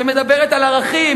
שמדברת על ערכים,